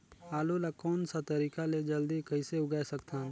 आलू ला कोन सा तरीका ले जल्दी कइसे उगाय सकथन?